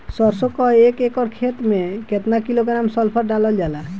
सरसों क एक एकड़ खेते में केतना किलोग्राम सल्फर डालल जाला?